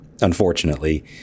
Unfortunately